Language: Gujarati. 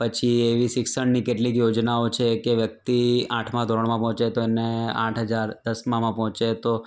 પછી એવી શિક્ષણની કેટલીક યોજનાઓ છે કે વ્યક્તિ આઠમા ધોરણમાં પહોંચે તો એમને આઠ હજાર દસમામાં પહોંચે તો